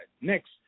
Next